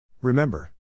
Remember